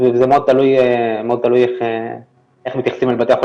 זה מאוד תלוי איך מתייחסים לבתי החולים